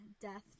Death